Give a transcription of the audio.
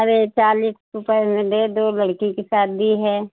अरे चालीस रुपये में दे दो लड़की की शादी है